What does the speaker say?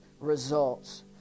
results